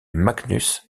magnus